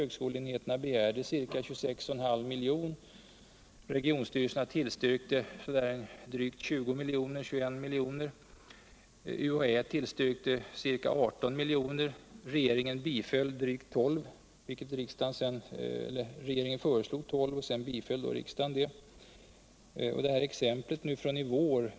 Högskoleenheterna begärde ca 26,5 milj.kr. Regionstyrelserna tillstyrkte ca 21 milj.kr., UHÄ tillstyrkte ca 18 milj.kr., och regeringen föreslog drygt 12 milj.kr.. vilket riksdagen biföll. Så har vi exemplet från denna vår.